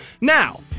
Now